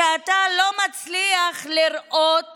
שאתה לא מצליח לראות